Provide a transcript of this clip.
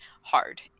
hard